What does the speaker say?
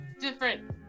different